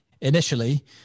initially